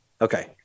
Okay